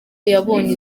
yabonye